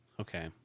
Okay